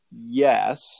Yes